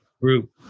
group